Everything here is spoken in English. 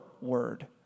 word